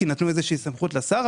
כי נתנו איזושהי סמכות לשר,